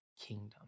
kingdom